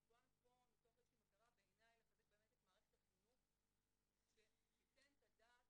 אבל בעיניי כולנו פה מתוך מטרה לחזק את מערכת החינוך שתיתן את הדעת